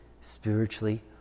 spiritually